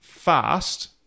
fast